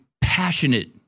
passionate